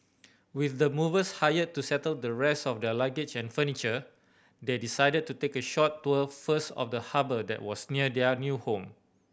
with the movers hired to settle the rest of their luggage and furniture they decided to take a short tour first of the harbour that was near their new home